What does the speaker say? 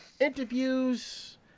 interviews